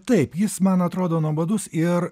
taip jis man atrodo nuobodus ir